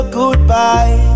goodbye